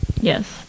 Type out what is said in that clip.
yes